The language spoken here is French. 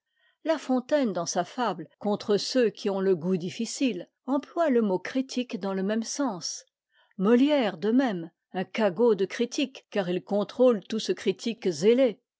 la fontaine dans sa fable contre ceux qui ont le goût difficile emploie le mot critique dans le même sens molière de même un cagot de critique car il contrôle tout ce critique zélé